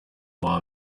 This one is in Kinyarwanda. uwa